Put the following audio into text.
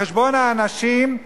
על חשבון האנשים,